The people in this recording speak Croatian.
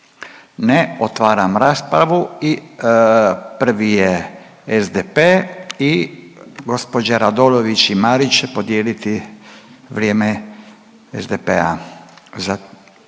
Ne. Otvaram raspravu i prvi je SDP i gđa Radolović i Marić podijeliti vrijeme SDP-a